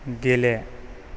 गेले